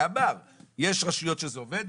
ואמר שיש רשויות שזה עובד,